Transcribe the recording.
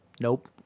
Nope